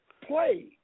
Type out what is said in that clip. play